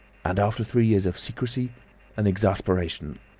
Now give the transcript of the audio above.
and after three years of secrecy and exasperation,